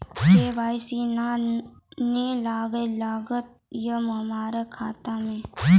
KYC ने न लागल या हमरा खाता मैं?